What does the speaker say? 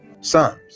Psalms